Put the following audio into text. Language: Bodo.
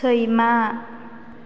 सैमा